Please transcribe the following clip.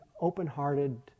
open-hearted